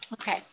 Okay